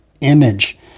image